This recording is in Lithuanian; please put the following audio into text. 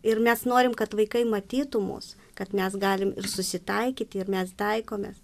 ir nes norim kad vaikai matytų mus kad mes galim ir susitaikyti ir mes taikomės